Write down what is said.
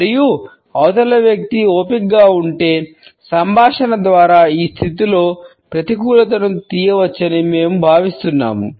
మరియు అవతలి వ్యక్తి ఓపికతో ఉంటే సంభాషణ ద్వారా ఈ స్థితిలో ప్రతికూలతను తీయవచ్చని మేము భావిస్తున్నాము